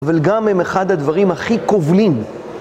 אבל גם הם אחד הדברים הכי כובלים.